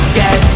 get